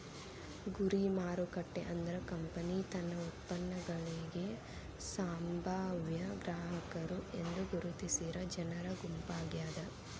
ಗುರಿ ಮಾರುಕಟ್ಟೆ ಅಂದ್ರ ಕಂಪನಿ ತನ್ನ ಉತ್ಪನ್ನಗಳಿಗಿ ಸಂಭಾವ್ಯ ಗ್ರಾಹಕರು ಎಂದು ಗುರುತಿಸಿರ ಜನರ ಗುಂಪಾಗ್ಯಾದ